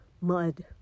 mud